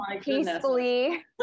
peacefully